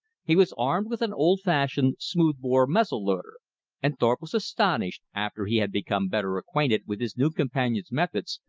he was armed with an old-fashioned smooth-bore muzzle-loader and thorpe was astonished, after he had become better acquainted with his new companion's methods,